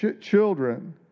children